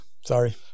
sorry